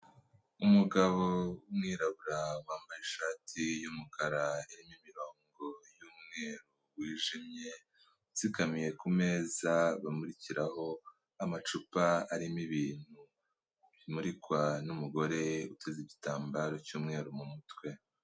Umugabo w'umwirabura wambaye ishati y'umukara irimo imirongo y'umweru wijimye, utsikamiye ku meza bamurikiraho amacupa arimo ibintu, bimurikwa n'umugore uteze igitambaro cy'umweru mu mutwe.